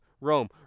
Rome